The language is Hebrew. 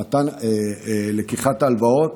לקיחת ההלוואות,